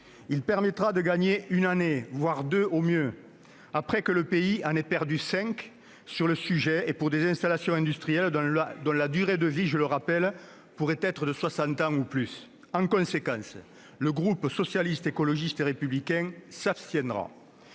permettra de gagner une année, deux au mieux, alors que le pays en a perdu cinq pour des installations industrielles dont la durée de vie pourrait être de soixante ans ou plus. En conséquence, le groupe Socialiste, Écologiste et Républicain s'abstiendra.